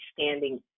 standing